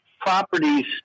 properties